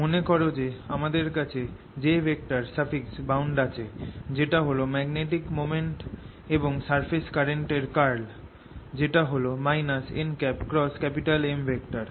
মনে কর যে আমাদের কাছে jbound আছে যেটা হল ম্যাগনেটিক মোমেন্ট এবং সারফেস কারেন্ট এর কার্ল যেটা হল nM